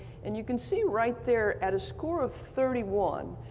and you can see right there at a score of thirty one,